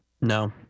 No